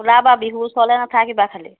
ওলাবা বিহু ওচৰলৈ নাথাকিবা খালি